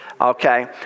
Okay